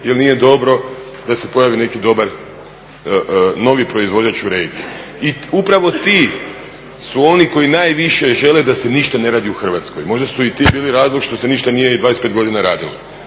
jer nije dobro da se pojavi neki dobar novi proizvođač u regiji. I upravo ti su oni koji najviše žele da se ništa ne radi u Hrvatskoj. Možda su i ti bili razlog što se ništa nije i 25 godina radilo